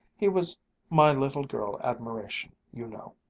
he was my little-girl admiration, you know.